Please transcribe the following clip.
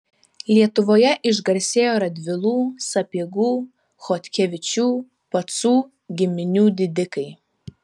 lietuvoje išgarsėjo radvilų sapiegų chodkevičių pacų giminių didikai